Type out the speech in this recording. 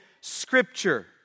Scripture